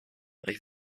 like